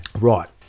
Right